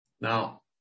now